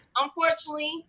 Unfortunately